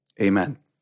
Amen